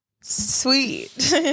sweet